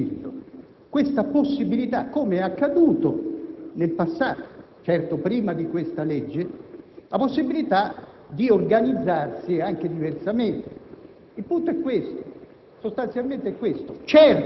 lasciare al Presidente del Consiglio, come è accaduto nel passato, prima di questa legge, la possibilità di organizzarsi diversamente.